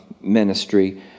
ministry